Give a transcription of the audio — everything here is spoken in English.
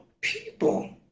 people